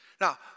Now